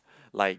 like